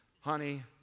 Honey